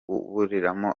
kaburimbo